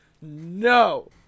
No